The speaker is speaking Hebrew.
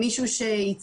מישהו שאירח חוג בית,